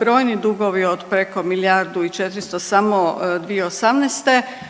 brojni dugovi od preko milijardu i 400 samo 2018.